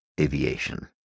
aviation